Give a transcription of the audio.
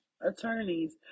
attorneys